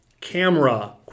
camera